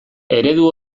eredu